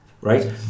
right